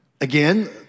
again